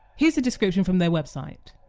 here's a description from their website.